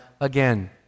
again